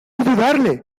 ayudarle